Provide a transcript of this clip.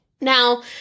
Now